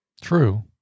True